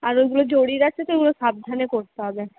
আর ওইগুলো জরির আছে তো ওগুলো সাবধানে করতে হবে